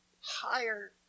higher